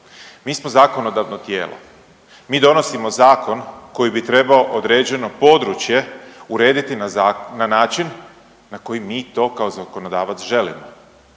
Mi smo zakonodavno tijelo, mi donosimo zakon koji bi trebao određeno područje urediti na način na koji mi to kao zakonodavac želimo.